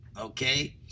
Okay